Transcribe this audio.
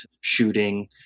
shooting